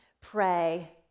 pray